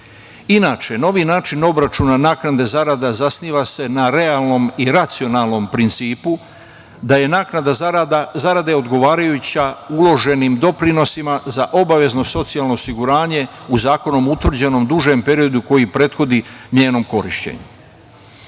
iznosu. Inače, novi način obračuna naknada zarada zasniva se na realnom i racionalnom principu da je naknada zarade odgovarajuća uloženim doprinosima za obavezno socijalno osiguranje u zakonom utvrđenom dužem periodu koji prethodi njenom korišćenju. Pred